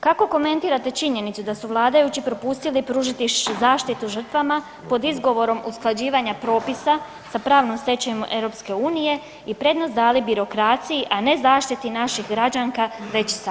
Kako komentirate činjenicu da su vladajući propustili pružiti višu zaštitu žrtvama pod izgovorom usklađivanja propisa sa pravnom stečevinom EU-a i prednost dali birokraciji a ne zaštiti naših građanka već sada?